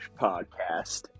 Podcast